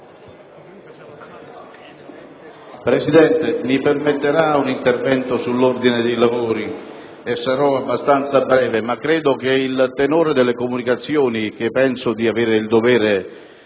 Presidente, mi permetterà un intervento sull'ordine dei lavori. Sarò abbastanza breve, ma credo che il tenore delle comunicazioni che penso di avere il dovere